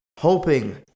hoping